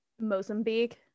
Mozambique